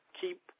keep